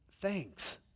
thanks